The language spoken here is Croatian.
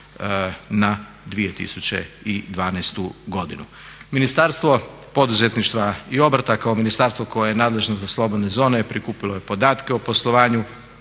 na 2012. godinu. Ministarstvo poduzetništva i obrta kao ministarstvo koje je nadležno za slobodne zone prikupilo je podatke o poslovanju